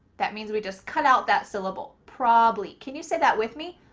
that means, we just cut out that syllable, probably. can you say that with me?